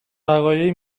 وقایعی